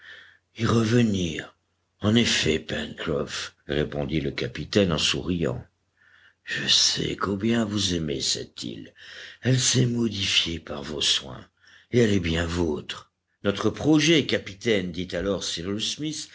y revenir en effet pencroff répondit le capitaine en souriant je sais combien vous aimez cette île elle s'est modifiée par vos soins et elle est bien vôtre notre projet capitaine dit alors cyrus smith